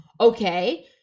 Okay